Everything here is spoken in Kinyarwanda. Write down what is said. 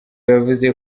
yavuze